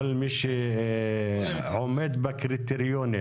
כל מי שעומד בקריטריונים